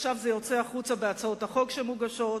עכשיו זה יוצא החוצה בהצעות החוק שמוגשות.